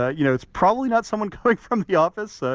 ah you know, it's probably not someone calling from the office. so